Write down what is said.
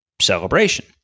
celebration